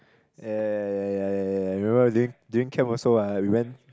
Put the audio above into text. ya ya ya ya ya ya remember what we doing during camp also lah we went